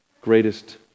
greatest